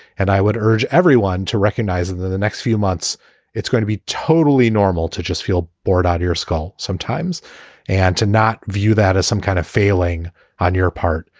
and i would urge everyone to recognize and that the next few months it's going to be totally normal to just feel bored out of your skull sometimes and to not view that as some kind of failing on your part,